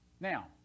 Now